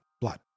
blood